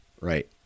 right